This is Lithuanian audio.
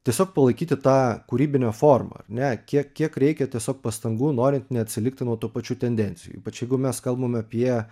tiesiog palaikyti tą kūrybinę formą ar ne kiek kiek reikia tiesiog pastangų norint neatsilikti nuo tų pačių tendencijų ypač jeigu mes kalbame apie